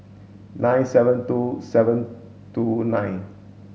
nine seven two seven two nine